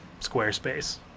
Squarespace